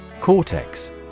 Cortex